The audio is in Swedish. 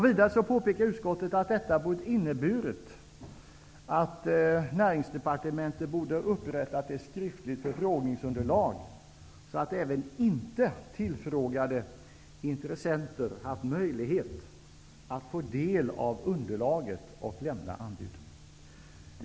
Vidare påpekar utskottet att detta borde ha inneburit att Näringsdepartementet hade upprättat att skriftligt förfrågningsunderlag, så att även inte tillfrågade intressenter hade haft möjlighet att få del av underlaget och lämna anbud.